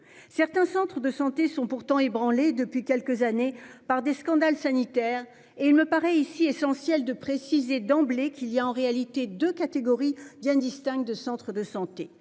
certains centres de santé sont pourtant ébranlé depuis quelques années par des scandales sanitaires et il me paraît ici essentiel de préciser d'emblée qu'il y a en réalité 2 catégories bien distinctes de centres de santé